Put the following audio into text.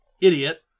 idiot